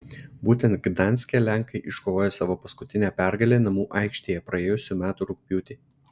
būtent gdanske lenkai iškovojo savo paskutinę pergalę namų aikštėje praėjusių metų rugpjūtį